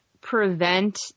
prevent